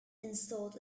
installed